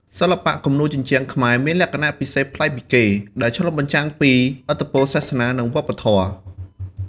សិល្បៈគំនូរជញ្ជាំងខ្មែរមានលក្ខណៈពិសេសប្លែកពីគេ ដែលឆ្លុះបញ្ចាំងពីឥទ្ធិពលសាសនា និងវប្បធម៌។